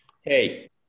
Hey